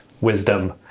wisdom